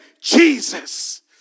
Jesus